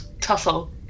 tussle